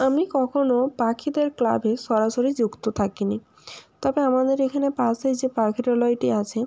আমি কখনও পাখিদের ক্লাবে সরাসরি যুক্ত থাকিনি তবে আমাদের এখানে পাশেই যে পাখিরালয়টি আছে